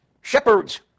shepherds